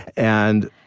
and